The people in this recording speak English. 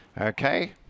okay